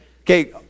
Okay